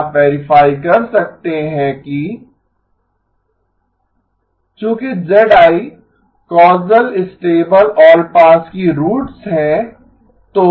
आप वेरीफाई कर सकते हैं कि चूँकि zi causal stable all pass की रूट्स हैं तो